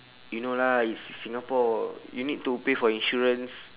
you know lah is singapore you need to pay for insurance